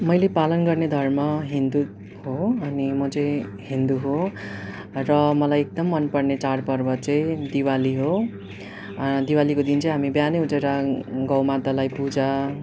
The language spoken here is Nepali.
मैले पालन गर्ने धर्म हिन्दू हो अनि म चाहिँ हिन्दू हो र मलाई एकदम मनपर्ने चाड पर्व चाहिँ दिवाली हो दिवालीको दिन चाहिँ हामी बिहानै उठेर गौमातालाई पूजा